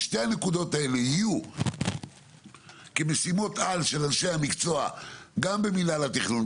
שתי הנקודות האלו יהיו כמשימות על של אנשי המקצוע גם במנהל התכנון,